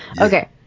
Okay